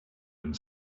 and